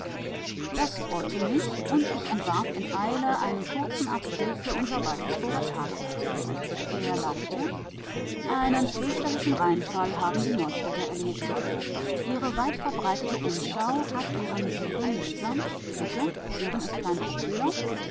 das freute mich und ich entwarf in eile einen kurzen artikel für unser waltersburger tageblatt er lautete einen fürchterlichen reinfall haben die neustädter erlebt ihre weitverbreitete umschau hat ihren sieben lesern bitte sieben ist kein